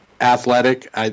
athletic